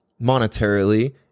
monetarily